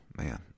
man